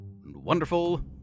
wonderful